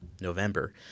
November